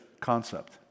concept